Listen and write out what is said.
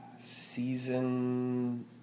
season